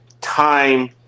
time